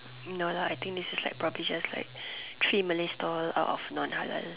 no no I think this is like probably just like three Malay stall out of non halal